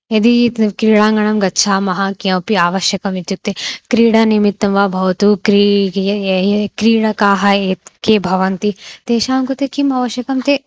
यदि क्रीडाङ्गणं गच्छामः किमपि आवश्यकम् इत्युक्ते क्रीडानिमित्तं वा भवतु क्री क्रीडकाः यत् के भवन्ति तेषां कृते किम् आवश्यकं ते